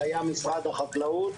זה היה משרד החקלאות,